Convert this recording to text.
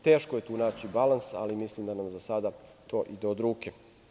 Teško je tu naći balans ali mislim da nam za sada to ide od ruke.